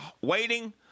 waiting